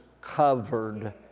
covered